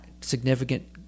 significant